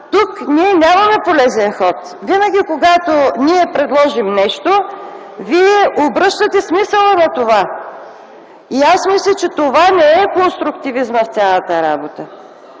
тук ние нямаме полезен ход! Винаги, когато ние предложим нещо, вие обръщате смисъла на това. И аз мисля, че това не е конструктивизмът в цялата работа.